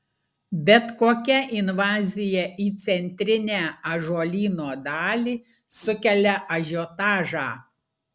bet kokia invazija į centrinę ąžuolyno dalį sukelia ažiotažą